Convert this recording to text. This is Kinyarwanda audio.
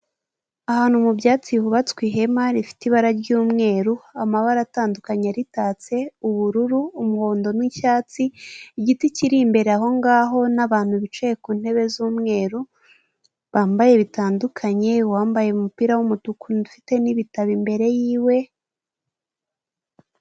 Ahantu mu byatsi hubatswe ihema rifite ibara ry'umweru, amabara atandukanye ritatse ubururu, umuhondo n'icyatsi, igiti kiri imbere aho ngaho n'abantu bicaye ku ntebe z'umweru bambaye bitandukanye, uwambaye umupira w'umutuku ufite n'ibitabo imbere yiwe.